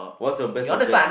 what's your best subject